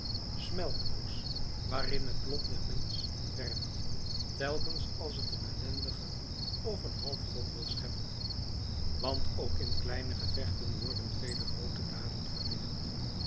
smeltkroes waarin het lot den mensch werpt telkens als het een ellendige of een halfgod wil scheppen want ook in kleine gevechten worden vele grootsche daden verricht